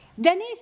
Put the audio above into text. Denise